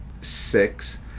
six